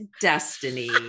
destiny